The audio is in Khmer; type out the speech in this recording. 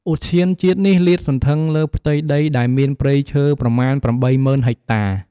ឧទ្យាននេះលាតសន្ធឹងលើផ្ទៃដីដែលមានព្រៃឈើប្រមាណ៨ម៉ឺនហិចតា។